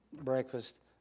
breakfast